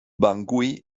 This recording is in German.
bangui